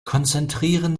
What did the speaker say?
konzentrieren